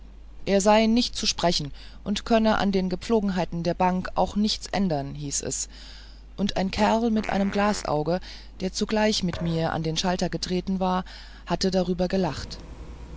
er sei nicht zu sprechen und könne an den gepflogenheiten der bank auch nichts ändern hieß es und ein kerl mit einem glasauge der zugleich mit mir an den schalter getreten war hatte darüber gelacht